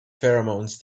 pheromones